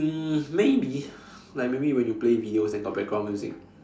um maybe like maybe when you play videos then got background music